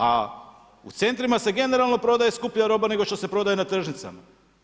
A u centrima se generalno prodaje skuplja roba nego što se prodaje na tržnicama.